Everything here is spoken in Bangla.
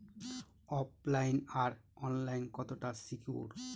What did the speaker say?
ওফ লাইন আর অনলাইন কতটা সিকিউর?